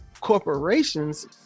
corporations